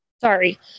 Sorry